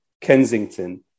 Kensington